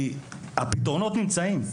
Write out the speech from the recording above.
כי הפתרונות נמצאים.